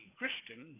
Christian